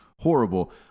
Horrible